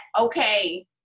okay